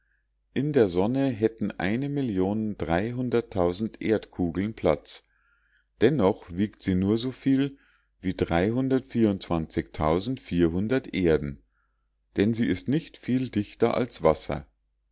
in der sonne hätten erdkugeln platz dennoch wiegt sie nur so viel wie erden denn sie ist nicht viel dichter als wasser